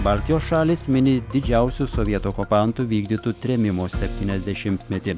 baltijos šalys mini didžiausių sovietų okupantų vykdytų trėmimo septyniasdešimtmetį